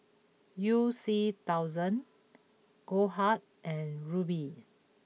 you C Thousand Goldheart and Rubi